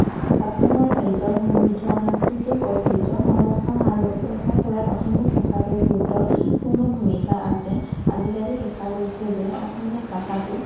অসমৰ ৰাইজৰ সমৃদ্ধ সাংস্কৃতিক ঐতিহ্য সংৰক্ষণ আৰু প্ৰচাৰ কৰাত অসমীয়া ভাষাটোৰ গুৰুত্বপূৰ্ণ ভূমিকা আছে আজিকালি দেখা গৈছে যে অসমীয়া ভাষাটো